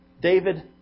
David